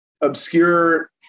obscure